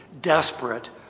desperate